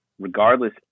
regardless